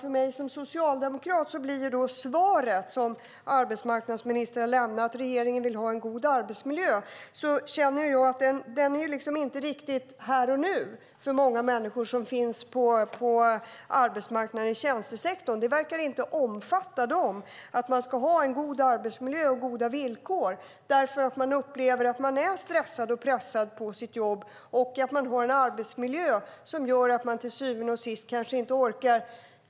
För mig som socialdemokrat blir då svaret som arbetsmarknadsministern har lämnat, att regeringen vill ha en god arbetsmiljö, inte riktigt här och nu för många människor som finns på arbetsmarknaden i tjänstesektorn. Att man ska ha en god arbetsmiljö och goda villkor verkar inte omfatta dem, därför att de upplever att de är stressade och pressade på sitt jobb och har en arbetsmiljö som gör att de till syvende och sist kanske inte orkar.